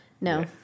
No